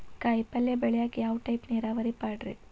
ಕಾಯಿಪಲ್ಯ ಬೆಳಿಯಾಕ ಯಾವ ಟೈಪ್ ನೇರಾವರಿ ಪಾಡ್ರೇ?